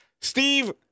steve